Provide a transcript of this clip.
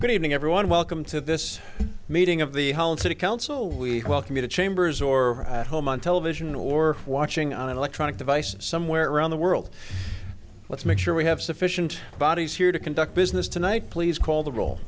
good evening everyone welcome to this meeting of the whole city council we welcome you to chambers or had home on television or watching on an electronic device somewhere around the world let's make sure we have sufficient bodies here to conduct business tonight please call the rol